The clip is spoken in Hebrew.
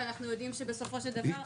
אבל אנחנו יודעים שבסופו של דבר,